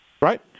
right